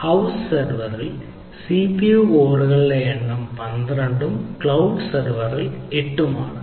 house സെർവറിൽ എണ്ണം 12 ഉം ക്ലൌഡ് സെർവർ 8 ഉം ആണ്